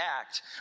act